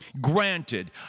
Granted